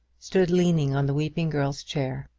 stood leaning on the weeping girl's chair.